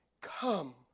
come